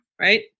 right